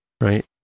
right